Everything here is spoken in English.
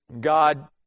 God